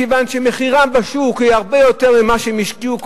מכיוון שמחירן בשוק יהיה הרבה יותר ממה שהם השקיעו,